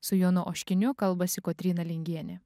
su jonu oškiniu kalbasi kotryna lingienė